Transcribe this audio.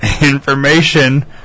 information